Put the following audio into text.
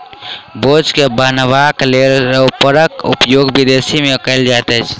बोझ के बन्हबाक लेल रैपरक उपयोग विदेश मे कयल जाइत छै